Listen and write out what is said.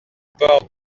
port